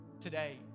Today